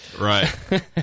Right